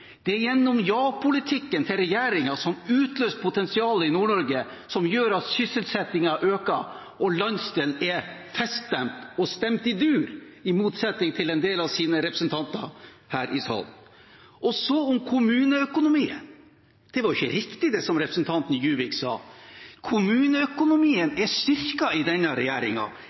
Det er ja-politikken til regjeringen, som utløste potensialet i Nord-Norge, som gjør at sysselsettingen øker, og at landsdelen er feststemt og stemt i dur, i motsetning til en del av dens representanter her i salen. Så om kommuneøkonomien: Det er ikke riktig, det som representanten Juvik sa. Kommuneøkonomien er styrket under denne